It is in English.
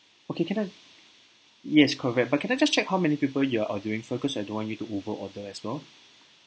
okay can I yes correct but can I just check how many people you are ordering for cause I don't want you to over order as well